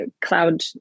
cloud